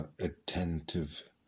attentive